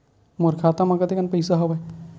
मोर खाता म कतेकन पईसा हवय?